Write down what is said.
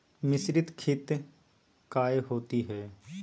मिसरीत खित काया होती है?